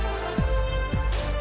בניסן התשפ"ג,